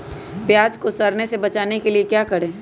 प्याज को सड़ने से बचाने के लिए क्या करें?